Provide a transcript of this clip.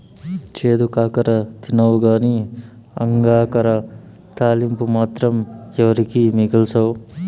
చేదు కాకర తినవుగానీ అంగాకర తాలింపు మాత్రం ఎవరికీ మిగల్సవు